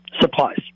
supplies